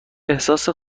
احساس